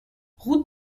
route